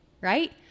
right